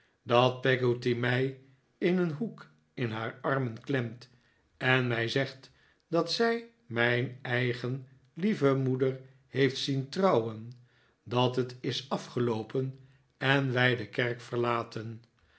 dat peggotty mij in een hoek in haar armen klemt en mij zegt dat zij mijn eigen lieve moeder heeft zien trouwen dat het is afgeloopen en wij david copperfield de kerk verlaten